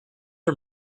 are